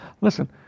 listen